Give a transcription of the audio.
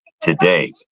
today